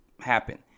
Happen